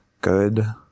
good